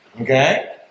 Okay